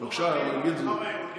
אדוני השר, במרחב העירוני,